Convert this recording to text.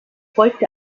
folgte